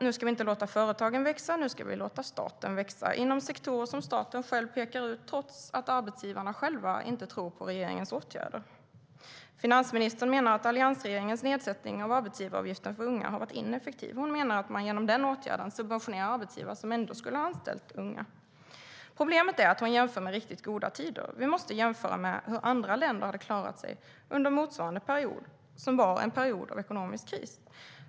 Nu ska vi inte låta företagen växa, utan låta staten växa inom sektorer som staten själv pekar ut, trots att arbetsgivarna själva inte tror på regeringens åtgärder. Finansministern menar att alliansregeringens nedsättning av arbetsgivaravgiften för unga har varit ineffektiv. Hon menar att man genom den åtgärden subventionerar arbetsgivare som ändå skulle ha anställt unga. Problemet är att hon jämför med riktigt goda tider. Vi måste jämföra med hur andra länder klarat sig under motsvarande period, som var en period av ekonomisk kris.